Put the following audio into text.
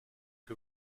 que